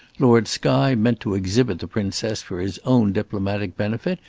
lord skye meant to exhibit the princess for his own diplomatic benefit,